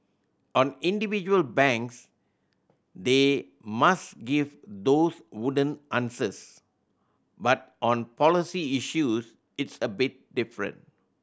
on individual banks they must give those wooden answers but on policy issues it's a bit different